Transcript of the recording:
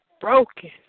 broken